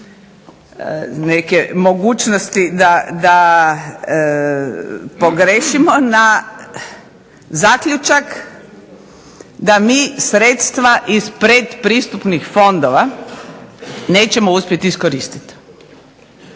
neke mogućnosti da pogriješimo na zaključak da mi sredstva iz pretpristupnih fondova nećemo uspjeti iskoristiti.